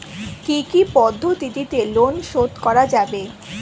কি কি পদ্ধতিতে লোন শোধ করা যাবে?